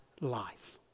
life